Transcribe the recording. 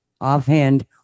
offhand